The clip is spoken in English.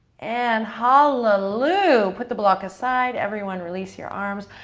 and halleloo! put the block aside. everyone release your arms.